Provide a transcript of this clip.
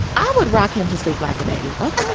i would rock him to sleep like a baby. okay.